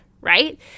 right